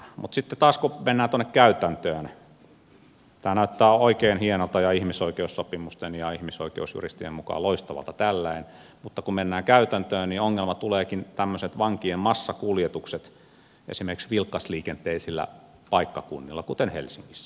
mutta sitten taas kun mennään käytäntöön tämä näyttää oikein hienolta ja ihmisoikeussopimusten ja ihmisoikeusjuristien mukaan loistavalta tällaisena mutta kun mennään käytäntöön niin ongelmaksi tuleekin vankien massakuljetukset esimerkiksi vilkasliikenteisillä paikkakunnilla kuten helsingissä